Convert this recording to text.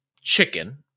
chicken